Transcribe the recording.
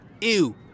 ew